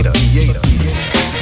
creator